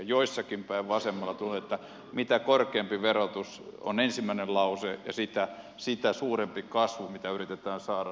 joissakin ehdotuksissa vasemmalta tulee ensimmäisessä lauseessa että mitä korkeampi verotus ja toisessa lauseessa on että sitä suurempi kasvu mitä yritetään saada